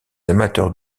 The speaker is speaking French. amateurs